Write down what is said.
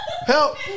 Help